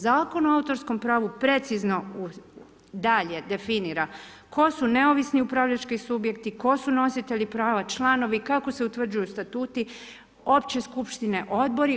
Zakon o autorskom pravu, precizno dalje definira, tko su neovisni upravljački subjekti, tko su nositelji prava, članovi, kako se utvrđuju statuti, opće skupštine, odbori.